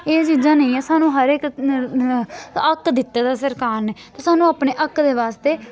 एह् चीजां नेईं ऐ सानूं हर इक हक्क दित्ते दा सरकार ने ते सानूं अपने हक्क दे बास्तै